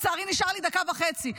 לצערי, נשארו לי דקה וחצי.